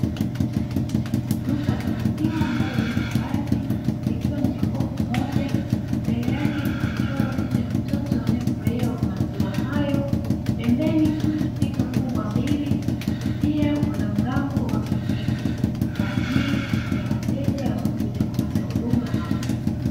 Duka la maziwa ambalo liko wazi likiwa na jokofu moja, mbele yake kumechorwa picha ya mtoto anayefurahia maziwa hayo. Pembeni kuna spika kubwa mbili, pia kuna mlango wa kijivu kwa ajili ya wateja wanaokuja kupata huduma hapo.